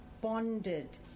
bonded